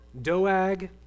Doag